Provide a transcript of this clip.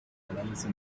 galleries